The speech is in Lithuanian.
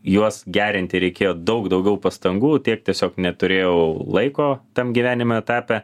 juos gerinti reikėjo daug daugiau pastangų tiek tiesiog neturėjau laiko tam gyvenimo etape